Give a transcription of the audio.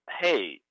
Hey